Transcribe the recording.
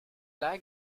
black